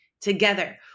together